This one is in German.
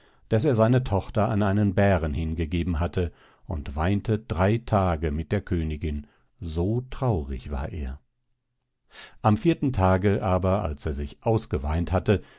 daß er seine tochter an einen bären hingegeben hatte und weinte drei tage mit der königin so traurig war er am vierten tag aber als er sich ausgeweint hatte